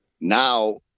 now